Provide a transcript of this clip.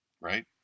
right